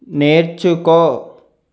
నేర్చుకో